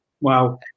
Wow